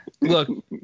look